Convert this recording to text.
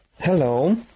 Hello